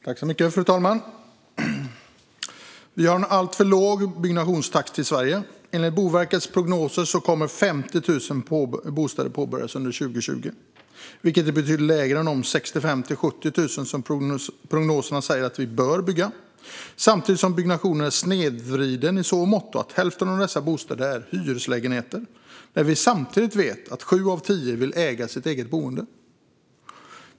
Fru talman! Vi har en alltför låg byggnationstakt i Sverige. Enligt Boverkets prognoser kommer 50 000 bostäder att påbörjas under 2020, vilket är betydligt lägre än de 65 000-70 000 som prognoserna säger att vi bör bygga. Samtidigt är byggnationen snedvriden i så måtto att hälften av dessa bostäder är hyreslägenheter, när vi samtidigt vet att sju av tio vill äga sitt eget boende.